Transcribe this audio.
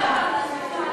מה זה?